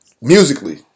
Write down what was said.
Musically